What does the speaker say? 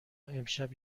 امشب